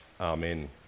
Amen